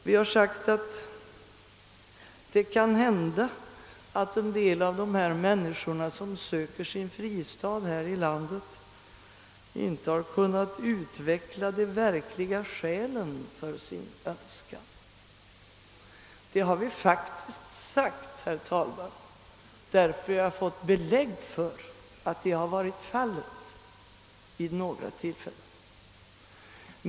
Vi har pekat på att det kan hända att en del av de människor, som söker sin fristad i vårt land, inte har kunnat utveckla de verkliga skälen för sin önskan. Detta har vi faktiskt skrivit därför att vi fått belägg för att så vid några tillfällen varit fallet.